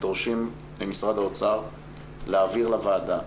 אנחנו דורשים ממשרד האוצר להעביר לוועדה